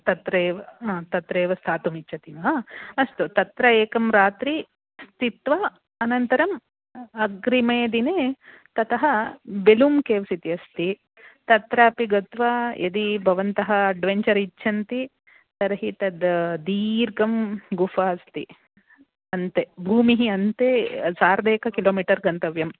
तत्रैव हा तत्रैव स्थातुम् इच्छति वा अस्तु तत्र एकं रात्रिं स्थित्वा अनन्तरम् अग्रिमे दिने ततः बेलूम् केव्स् इति अस्ति तत्रापि गत्वा यदि भवन्तः अड्वेञ्चर् इच्छन्ति तर्हि तद् दीर्घा गुपहा अस्ति अन्ते भूमेः अन्ते सार्ध किलोमीटर् गन्तव्यम्